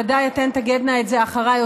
ודאי אתן תגדנה את זה אחריי,